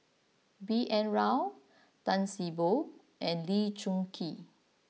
B N Rao Tan See Boo and Lee Choon Kee